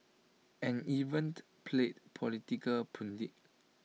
and evened played political pundit